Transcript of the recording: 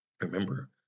Remember